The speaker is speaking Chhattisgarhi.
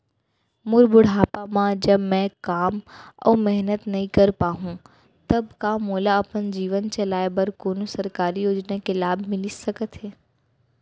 मोर बुढ़ापा मा जब मैं काम अऊ मेहनत नई कर पाहू तब का मोला अपन जीवन चलाए बर कोनो सरकारी योजना के लाभ मिलिस सकत हे?